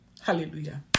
Hallelujah